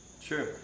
Sure